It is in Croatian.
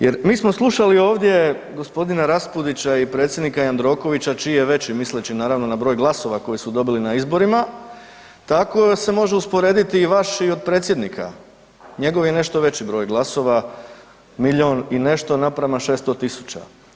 Jer mi smo slušali ovdje g. Raspudića i predsjednika Jandrokovića čiji je veći misleći naravno na broj glasova koji su dobili na izborima, tako se može usporediti i vaši i od predsjednika, njegov je nešto veći broj glasova, milijun i nešto naprema 600.000.